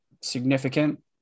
significant